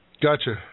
Gotcha